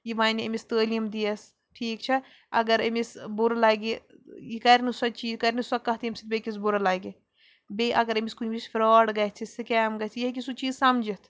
یہِ وَنہِ أمِس تعٲلیٖم دِیَس ٹھیٖک چھےٚ اَگر أمِس بُرٕ لَگہِ یہِ کَرِ نہٕ سۄ چیٖز یہِ کَرِ نہٕ سۄ کَتھ ییٚمہِ سۭتۍ بیٚیہِ کِس بُرٕ لَگہِ بیٚیہِ اَگر أمِس کُنہِ وِزِ فرٛاڈ گژھِ سِکیم گژھِ یہِ ہیٚکہِ سُہ چیٖز سَمجِتھ